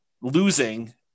losing